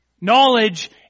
Knowledge